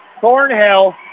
Thornhill